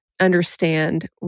understand